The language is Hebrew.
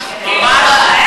אז נוכל להתווכח על העבר,